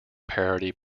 parity